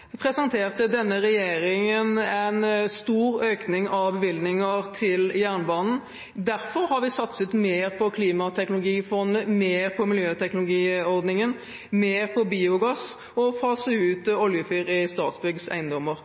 presenterte denne regjeringen en stor økning i bevilgningene til jernbanen, derfor har vi satset mer på klimateknologifondet, mer på klimateknologiordningen, mer på biogass og på utfasing av oljefyr i